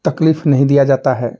तकलीफ नहीं दिया जाता है